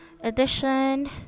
edition